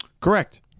Correct